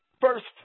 First